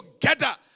together